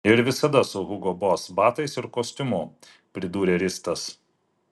ir visada su hugo boss batais ir kostiumu pridūrė ristas